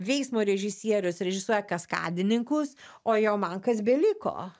veiksmo režisierius režisuoja kaskadininkus o jau man kas beliko